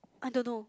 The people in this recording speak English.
I don't know